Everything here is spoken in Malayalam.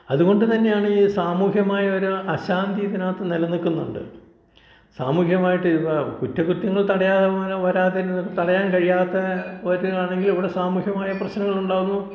അതുകൊണ്ട് തന്നെയാണ് ഈ സാമൂഹ്യമായ ഒരാ അശാന്തി ഇതിനകത്ത് നിലനിൽക്കുന്നുണ്ട് സാമൂഹ്യമായിട്ട് ഇത് നാ കുറ്റകൃത്യങ്ങൾ തടയാൻ വരാതിരിത തടയാൻ കഴിയാത്ത വരികയാണെങ്കിൽ ഇവിടെ സാമൂഹ്യമായ പ്രശ്നങ്ങൾ ഉണ്ടാകുന്നു